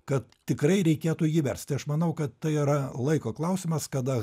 kad tikrai reikėtų jį versti aš manau kad tai yra laiko klausimas kada